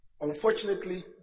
Unfortunately